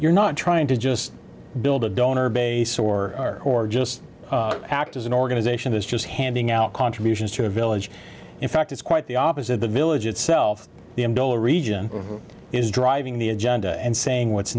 you're not trying to just build a donor base or just act as an organization is just handing out contributions to a village in fact it's quite the opposite the village itself the region is driving the agenda and saying what's